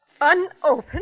Unopened